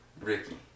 Ricky